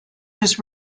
his